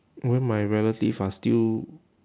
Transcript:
when my relative are still